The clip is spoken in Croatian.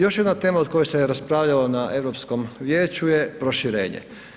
Još jedna tema o kojoj se raspravljalo na Europskom vijeću je proširenje.